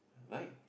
right